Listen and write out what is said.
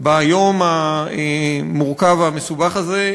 ביום המורכב והמסובך הזה.